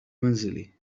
منزلي